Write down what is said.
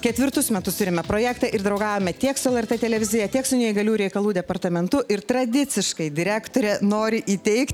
ketvirtus metus turime projektą ir draugavome tiek su lrt televizija tiek su neįgaliųjų reikalų departamentu ir tradiciškai direktorė nori įteikti